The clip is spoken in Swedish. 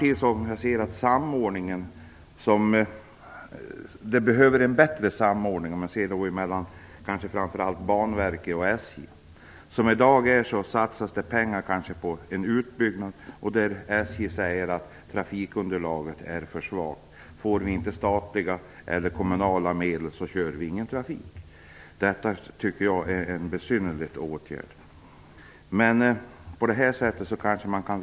Det behövs en bättre samordning, kanske framför allt mellan Banverket och SJ. När det i dag satsas pengar på en utbyggnad kan det vara så att SJ säger att trafikunderlaget är för svagt - om man inte får statliga eller kommunala medel, så blir det ingen trafik. Jag tycker att detta är besynnerligt. Men det går kanske att lösa detta på nämnda sätt.